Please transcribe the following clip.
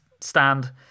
stand